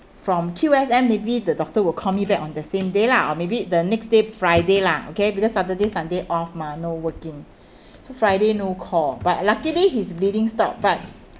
from Q_S_M maybe the doctor will call me back on the same day lah or maybe the next day friday lah okay because saturday sunday off mah no working so friday no call but luckily his bleeding stopped but